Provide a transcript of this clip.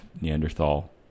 Neanderthal